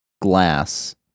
glass